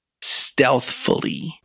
stealthfully